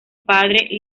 padre